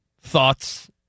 thoughts